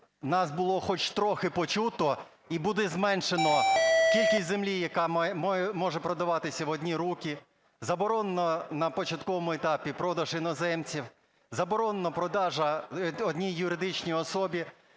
нас було хоч трохи почуто, і буде зменшено кількість землі, яка може продаватися в одні руки, заборонено на початковому етапі продаж іноземцям, заборонено продаж одній юридичній особі,